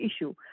issue